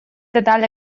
detall